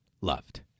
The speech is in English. loved